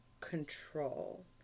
control